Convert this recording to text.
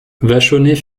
vachonnet